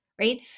right